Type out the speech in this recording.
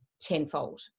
tenfold